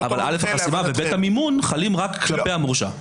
----- אבל --- והמימון חלים רק על המורשע.